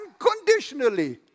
unconditionally